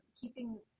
keeping